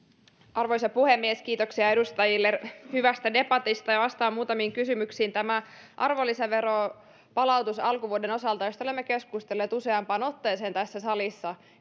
arvoisa puhemies kiitoksia edustajille hyvästä debatista ja vastaan muutamiin kysymyksiin tämä arvonlisäveron palautus alkuvuoden osalta josta olemme keskustelleet useampaan otteeseen tässä salissa